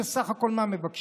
שבסך הכול מה הם מבקשים?